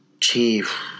Chief